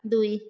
ଦୁଇ